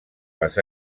les